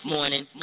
Morning